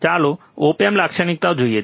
ચાલો op amp લાક્ષણિકતાઓ જોઈએ